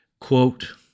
Quote